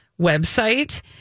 website